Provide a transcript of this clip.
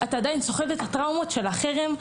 אתה סוחב את הטראומות של החרם,